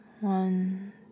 one